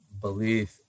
belief